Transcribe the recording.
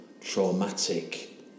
traumatic